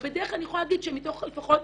ובדרך אני יכולה להגיד שמתוך, לפחות,